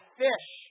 fish